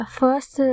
first